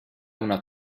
una